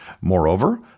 Moreover